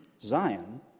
Zion